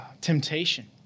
temptation